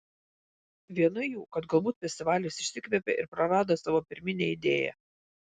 viena jų kad galbūt festivalis išsikvėpė ir prarado savo pirminę idėją